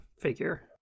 figure